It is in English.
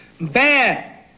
Bad